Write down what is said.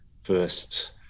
first